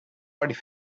already